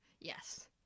Yes